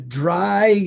dry